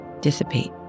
dissipate